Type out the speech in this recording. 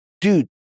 Dude